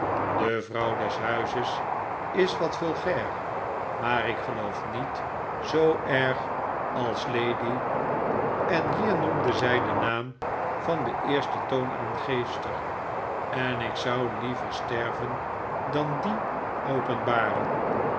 de vrouw des huizes is wat vulgair maar ik geloof niet zoo erg als lady en hier noemde zij den naam van de eerste toonaangeefster en ik zou liever sterven dan dien openbaren